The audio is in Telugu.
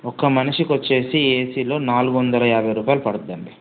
ఒక మనిషికి వచ్చేసీ ఏసీలో నాలుగు వందల యాభై రుపాయలు పడద్దండీ